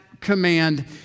command